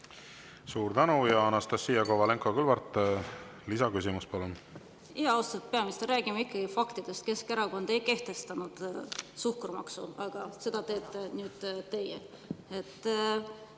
Suur tänu! Anastassia Kovalenko-Kõlvart, lisaküsimus, palun! Austatud peaminister, räägime ikkagi faktidest. Keskerakond ei kehtestanud suhkrumaksu, aga seda teete nüüd teie.